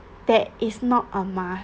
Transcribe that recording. that is not on